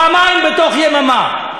פעמיים בתוך יממה.